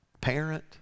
parent